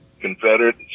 Confederate